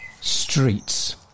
streets